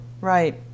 Right